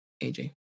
AJ